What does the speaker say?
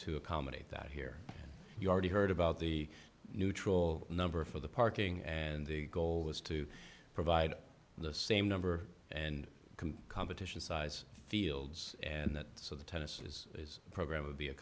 to accommodate that here you already heard about the neutral number for the parking and the goal was to provide the same number and competition size fields and that so the tennis is program would be a